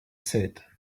said